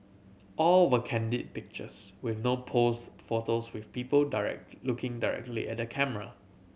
all were candid pictures with no pose photos with people looking directly at the camera